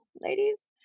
ladies